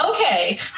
okay